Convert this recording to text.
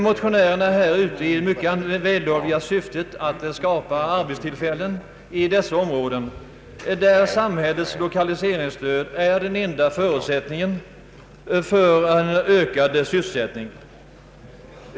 Motionärerna är ute i det mycket vällovliga syftet att skapa arbetstillfällen i dessa områden, där samhällets lokaliseringsstöd är den enda förutsättningen för en ökad sysselsättning.